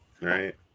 Right